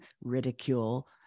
ridicule